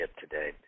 today